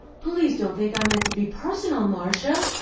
please don't think i meant to be personal, marcia.